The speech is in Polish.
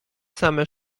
same